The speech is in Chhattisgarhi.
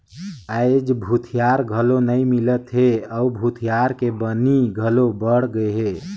आयज भूथिहार घलो नइ मिलत हे अउ भूथिहार के बनी घलो बड़ गेहे